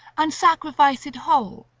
and sacrifice it whole,